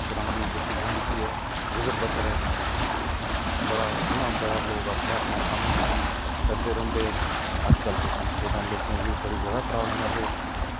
ग्रांऽ दी जेह्की जिंदगी ऐ गुजर बसर ऐ बड़ा सोह्ना होंदा लोग अपने कम्म करदे रौहंदे अजकल्ल तुस दिक्खो तां लोकें गी बड़ी जैदा प्राब्लम ऐ की